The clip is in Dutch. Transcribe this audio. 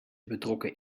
betrokken